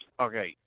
okay